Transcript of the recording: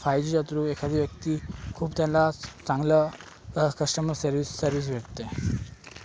five जीच्या through एखादी व्यक्ती खूप त्याला चांगलं कस्टमर सर्विस सर्विस भेटते